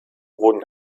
wurden